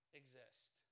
exist